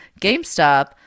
GameStop